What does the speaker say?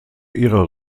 ihrer